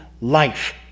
life